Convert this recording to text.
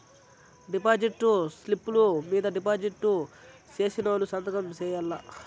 deposit స్లిప్పులు మీద deposit సేసినోళ్లు సంతకం సేయాల్ల